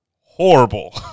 horrible